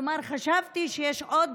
כלומר, חשבתי שיש עוד